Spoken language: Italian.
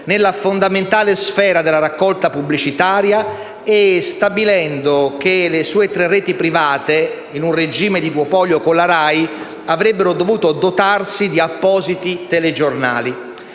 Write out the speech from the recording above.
nella fondamentale sfera della raccolta pubblicitaria e stabilendo che le sue tre reti private, in un regime di duopolio con la RAI, avrebbero dovuto dotarsi di appositi telegiornali.